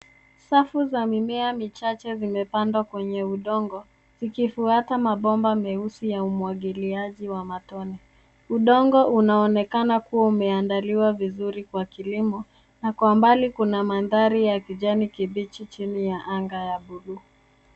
Safu za mimea michache imepandwa kwenye udongo zikifuata mabomba meusi ya umwangiliaji wa matone. Udongo unaonekana kuwa umeandaliwa vizuri kwa kilimo na kwa mbali kuna mandhari ya kijani kibichi chini ya anga ya bluu.